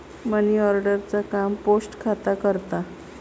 money order चा काम post खाता करता